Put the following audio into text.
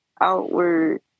outward